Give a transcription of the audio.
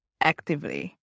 actively